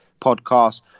podcast